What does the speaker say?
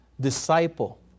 disciple